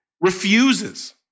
refuses